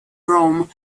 rome